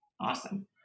Awesome